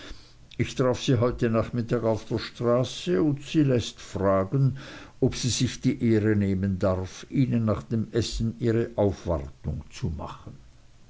ich traf sie heute nachmittags auf der straße und sie läßt fragen ob sie sich die ehre nehmen darf ihnen nach dem essen ihre aufwartung zu machen